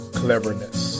cleverness